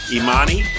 Imani